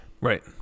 right